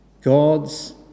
God's